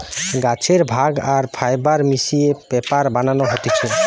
গাছের ভাগ আর ফাইবার মিশিয়ে পেপার বানানো হতিছে